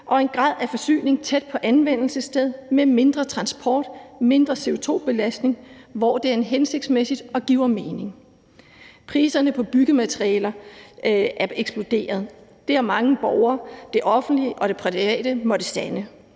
og en grad af forsyning tæt på anvendelsessted med mindre transport, mindre CO2-belastning, hvor det er hensigtsmæssigt og giver mening. Priserne på byggematerialer er eksploderet. Det har mange borgere, det offentlige og det private måttet sande